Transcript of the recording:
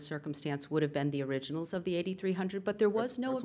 circumstance would have been the originals of the eighty three hundred but there was no